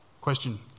Question